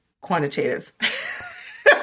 quantitative